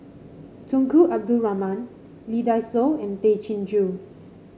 Tunku Abdul Rahman Lee Dai Soh and Tay Chin Joo